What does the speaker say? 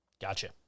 Gotcha